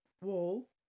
wall